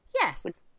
yes